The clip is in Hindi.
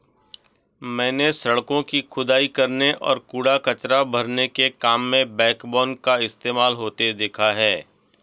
मैंने सड़कों की खुदाई करने और कूड़ा कचरा भरने के काम में बैकबोन का इस्तेमाल होते देखा है